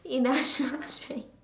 industrial strength